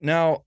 Now